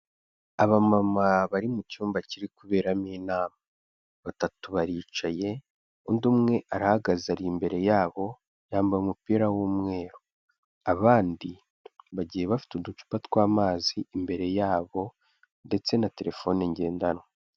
Abamama bari mu cyumba kiri kuberamo inama, batatu baricaye undi umwe arahagaze ari imbere yabo yambaye umupira w'umweru, abandi bagiye bafite uducupa tw'amazi imbere yabo ndetse na terefone ngendanwa.